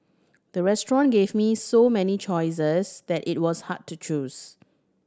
the restaurant gave me so many choices that it was hard to choose